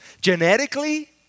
genetically